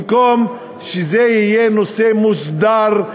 במקום שזה יהיה נושא מוסדר,